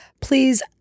please